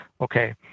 okay